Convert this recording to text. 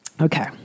okay